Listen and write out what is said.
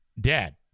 dead